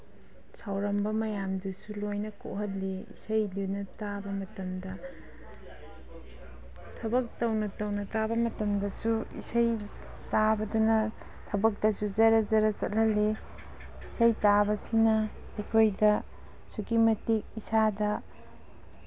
ꯁꯥꯎꯔꯝꯕ ꯃꯌꯥꯝꯗꯨꯁꯨ ꯂꯣꯏꯅ ꯀꯣꯛꯍꯜꯂꯤ ꯏꯁꯩꯗꯨꯅ ꯇꯥꯕ ꯃꯇꯝꯗ ꯊꯕꯛ ꯇꯧꯅ ꯇꯧꯅ ꯇꯥꯕ ꯃꯇꯝꯗꯁꯨ ꯏꯁꯩ ꯇꯥꯕꯗꯨꯅ ꯊꯕꯛꯇꯁꯨ ꯖꯔ ꯖꯔ ꯆꯠꯍꯜꯂꯤ ꯏꯁꯩ ꯇꯥꯕꯁꯤꯅ ꯑꯩꯈꯣꯏꯗ ꯑꯁꯨꯛꯀꯤ ꯃꯇꯤꯛ ꯏꯁꯥꯗ